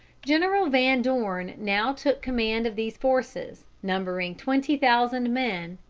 general van dorn now took command of these forces, numbering twenty thousand men,